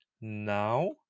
now